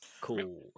Cool